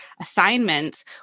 assignments